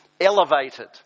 elevated